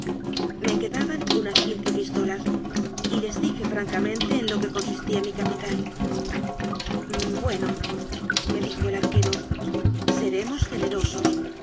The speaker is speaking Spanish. me quedaban unas quince pistolas y les dije francamente en lo que coinsistía mi capital buenome dijo el arque ro seremos generosos